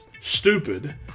stupid